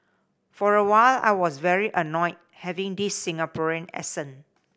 for a while I was very annoyed having this Singaporean accent